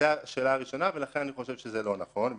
זו השאלה הראשונה, ולכן אני חושב שזה לא נכון.